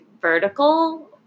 vertical